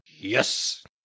Yes